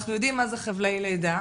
אנחנו יודעים מה זה חבלי לידה,